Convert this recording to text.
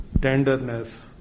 tenderness